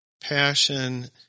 passion